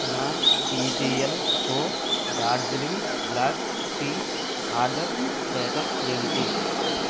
నా టీజీఎల్కో Darjeeling black tea order status ఏంటి